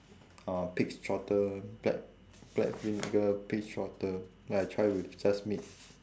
uh pigs' trotter black black vinegar pigs' trotter then I try with sesame